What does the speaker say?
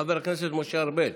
חבר הכנסת משה ארבל.